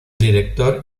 director